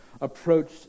approached